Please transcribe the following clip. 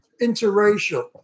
interracial